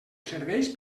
serveis